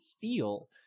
feel